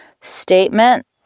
statement